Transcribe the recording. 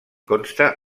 consta